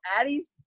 Addie's